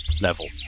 level